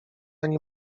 ani